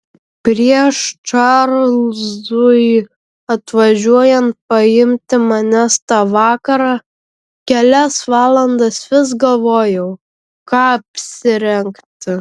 prieš čarlzui atvažiuojant paimti manęs tą vakarą kelias valandas vis galvojau ką apsirengti